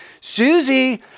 Susie